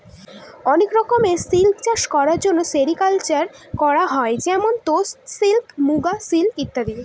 অনেক রকমের সিল্ক চাষ করার জন্য সেরিকালকালচার করা হয় যেমন তোসর সিল্ক, মুগা সিল্ক ইত্যাদি